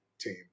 team